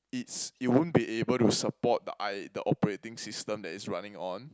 it's it won't be able to support the I the operating system that is running on